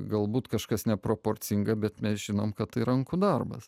galbūt kažkas neproporcinga bet mes žinom kad tai rankų darbas